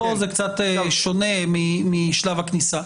פה זה קצת שונה משלב הכניסה.